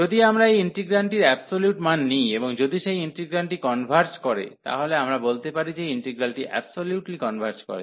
যদি আমরা এই ইন্টিগ্রান্ডটির অ্যাবসোলিউট মান নিই এবং যদি সেই ইন্টিগ্রালটি কনভার্জ করে তাহলে আমরা বলতে পারি যে ইন্টিগ্রালটি অ্যাবসোলিউটলি কনভার্জ করে